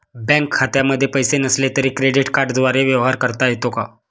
Bank खात्यामध्ये पैसे नसले तरी क्रेडिट कार्डद्वारे व्यवहार करता येतो का?